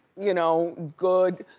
you know, good,